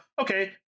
Okay